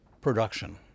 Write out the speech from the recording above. production